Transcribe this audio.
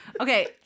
Okay